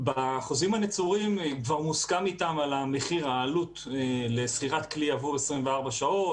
בחוזים הנצורים כבר מוסכם איתם על העלות לשכירת כלי עבור 24 שעות.